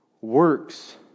works